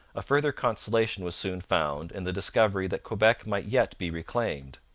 a further consolation was soon found in the discovery that quebec might yet be reclaimed.